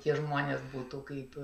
tie žmonės būtų kaip